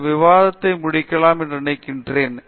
இந்த விவாதத்தை முடிக்கலாம் என நினைக்கிறேன்